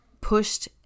pushed